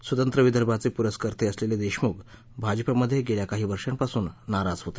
स्वतंत्र विदर्भाचे पुरस्कर्ते असलेले देशमुख भाजपमध्ये गेल्या काही वर्षापासून नाराज होते